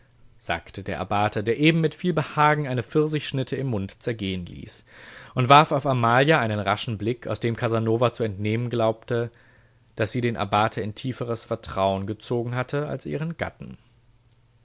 sagte der abbate der eben mit viel behagen eine pfirsichschnitte im mund zergehen ließ und warf auf amalia einen raschen blick aus dem casanova zu entnehmen glaubte daß sie den abbate in tieferes vertrauen gezogen hatte als ihren gatten